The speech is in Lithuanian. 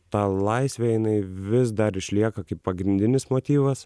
ta laisvė jinai vis dar išlieka kaip pagrindinis motyvas